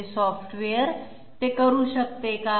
ते सॉफ्टवेअर ते करू शकते का